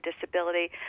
disability